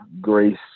Grace